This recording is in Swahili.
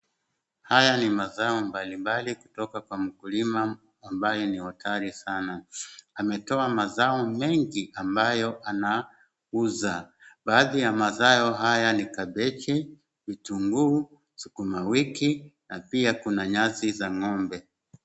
Haya ni mazao mbalimbali kutoka kwa mkulima ambaye ni wakale sana. Ametoa mazao mengi ambayo anauza baadhi ya mazao haya ni kabeji, vitunguu, sukumawiki na pia kuna nyasi za ng'ombe.